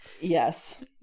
yes